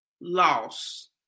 loss